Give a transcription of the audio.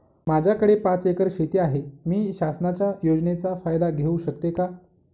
माझ्याकडे पाच एकर शेती आहे, मी शासनाच्या योजनेचा फायदा घेऊ शकते का?